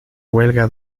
huelga